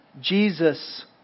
Jesus